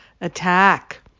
attack